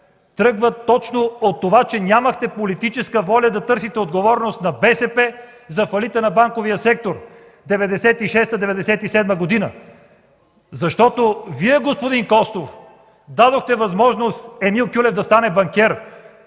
Тръгват точно от това, че нямахте политическа воля да търсите отговорност на БСП за фалита на банковия сектор през 1996-1997 г.! Защото Вие, господин Костов, дадохте възможност Емил Кюлев да стане банкер,